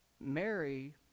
Mary